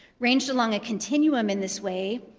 ranged along a continuum in this way,